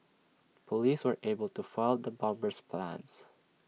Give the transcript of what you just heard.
Police were able to foil the bomber's plans